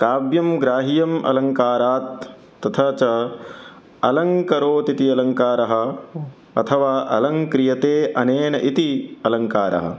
काव्यं ग्राह्यम् अलङ्कारात् तथा च अलङ्करोतीति अलङ्काराः अथवा अलङ्क्रियते अनेन इति अलङ्काराः